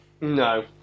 no